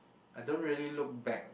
I don't really look back